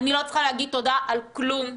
אני לא צריכה להגיד תודה על כלום,